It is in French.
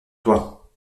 toi